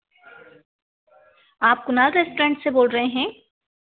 आप कुणाल रेस्टोरेंट से बोल रहे हैं